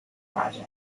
projects